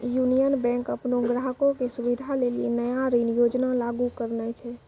union Bank अपनो ग्राहको के सुविधा लेली नया ऋण योजना लागू करने छै